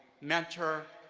mentor,